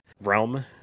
realm